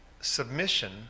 submission